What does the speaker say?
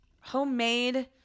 homemade